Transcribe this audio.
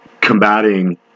combating